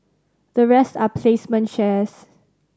the rest are placement shares